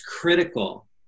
critical